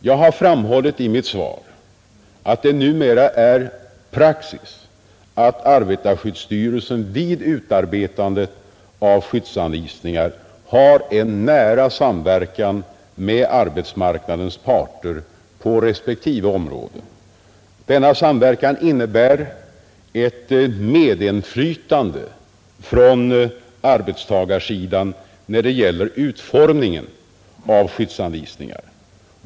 Jag har i mitt svar framhållit att det numera är praxis att arbetarskyddsstyrelsen vid utarbetandet av skyddsanvisningar nära samverkar med arbetsmarknadens parter på respektive områden. Denna samverkan innebär ett medinflytande från arbetstagarsidan när det gäller utformningen av skyddsanvisningar.